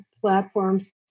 platforms